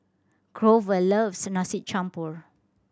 Grover loves Nasi Campur